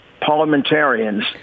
parliamentarians